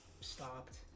stopped